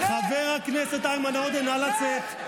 חבר הכנסת איימן עודה, נא לצאת.